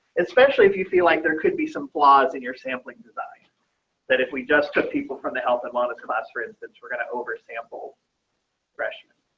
especially if you feel like there could be some flaws and you're sampling design that if we just took people from the health and monitor class, for instance, we're going to oversample freshman